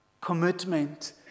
commitment